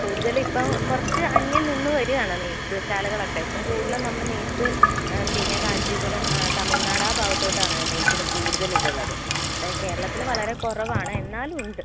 കൂടുതലിപ്പം കുറച്ച് അന്യം നിന്നു വരുവാണ് നെയ്ത്ത് ശാലകളൊക്കെ ഇപ്പം കൂടുതലും നമ്മൾ നെയ്ത്ത് പിന്നെ കാഞ്ചീപുരം ആ തമിഴ്നാട് ആ ഭാഗത്തോട്ടാണ് നെയ്ത്തിന് കൂടുതൽ ഇതുള്ളത് ഇവിടെ കേരളത്തിൽ വളരെ കുറവാണ് എന്നാലും ഉണ്ട്